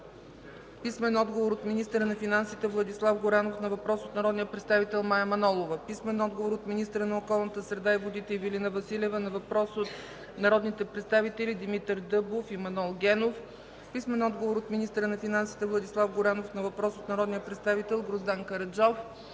Станилов; - министъра на финансите Владислав Горанов на въпрос от народния представител Мая Манолова; - министъра на околната среда и водите Ивелина Василева на въпрос от народните представители Димитър Дъбов и Манол Генов; - министъра на финансите Владислав Горанов на въпрос от народния представител Гроздан Караджов;